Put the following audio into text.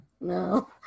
No